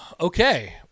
Okay